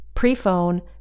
pre-phone